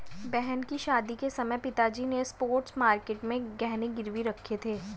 बहन की शादी के समय पिताजी ने स्पॉट मार्केट में गहने गिरवी रखे थे